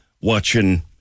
watching